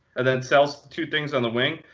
and then sell so two things on the wing?